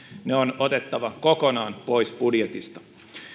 ne on otettava kokonaan pois budjetista